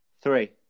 Three